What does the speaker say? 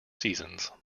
seasons